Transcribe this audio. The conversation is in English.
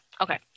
Okay